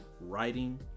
writing